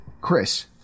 Chris